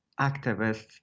activists